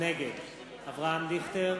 נגד אברהם דיכטר,